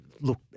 look